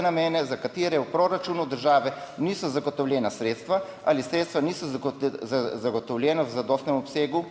namene, za katere v proračunu države niso zagotovljena sredstva ali sredstva niso zagotovljena v zadostnem obsegu,